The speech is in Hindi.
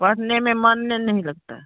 पढ़ने में मन नहीं लगता है